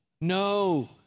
No